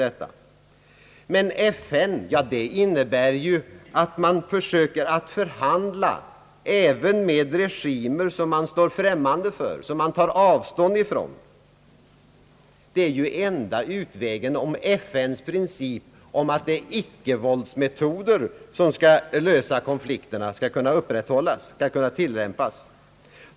Inom FN försöker man dock förhandla även med regimer som man står främmande inför och tar avstånd från. Förhandlingar är enda utvägen om FN:s principer om icke-våldsmetoder skall kunna tillämpas.